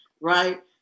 right